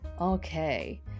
okay